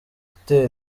gutera